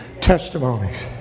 testimonies